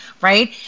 right